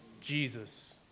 Jesus